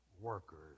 workers